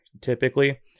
typically